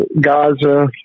Gaza